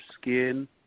skin